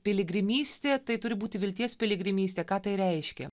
piligrimystė tai turi būti vilties piligrimystė ką tai reiškia